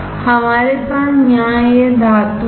हमारे पास यहां यह धातु है